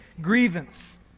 grievance